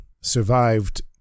survived